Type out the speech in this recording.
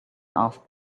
asked